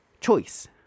choice